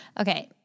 Okay